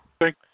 Thank